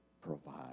provide